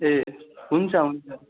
ए हुन्छ हुन्छ